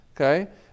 okay